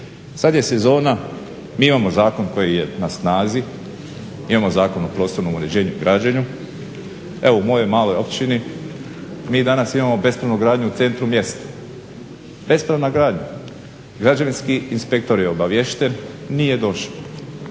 Sad je sezona, mi imao zakon koje je na snazi, mi imamo Zakon o prostornom uređenju i građenju. Evo u mojoj maloj općini, mi danas imamo bespravnu gradnju u centru mjesta. Bespravna gradnja, građevinski inspektor je obaviješten, nije došao,